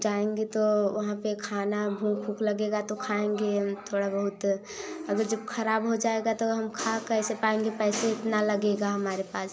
जाएंगे तो वहाँ पर खाना भूख ऊख लगेगा तो खाएंगे हम थोड़ा बहुत अगर जब खराब हो जाएगा तो हम खा कैसे पाएंगे पैसे इतना लगेगा हमारे पास